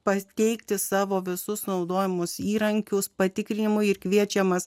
pateikti savo visus naudojamus įrankius patikrinimui ir kviečiamas